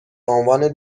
عنوان